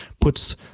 puts